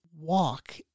walk